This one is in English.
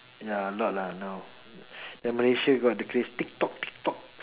ya a lot lah now the Malaysia got the craze Tik Tok Tik Tok